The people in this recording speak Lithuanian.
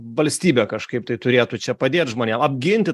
valstybė kažkaip tai turėtų čia padėt žmonėm apginti